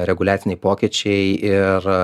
reguliaciniai pokyčiai ir